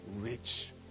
rich